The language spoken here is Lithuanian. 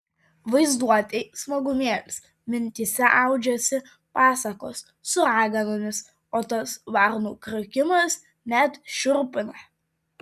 vaizduotei smagumėlis mintyse audžiasi pasakos su raganomis o tas varnų karkimas net šiurpina